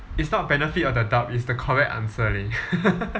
it's not benefit of the doubt it's the correct answer leh